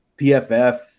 PFF